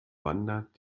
wandert